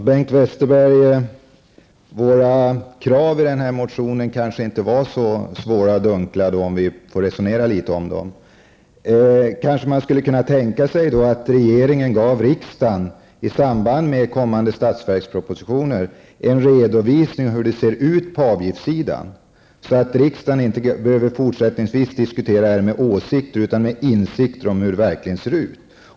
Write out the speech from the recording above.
Herr talman! Våra krav i den här motionen var kanske inte så svåra och dunkla när vi får resonera litet om dem, Bengt Westerberg. Man skulle kanske kunna tänka sig att regeringen, i samband med kommande budgetproposition, gav riksdagen en redovisning för hur det ser ut på avgiftssidan. Då behöver riksdagen inte fortsättningsvis diskutera detta med åsikter, utan med insikter om hur det verkligen ser ut.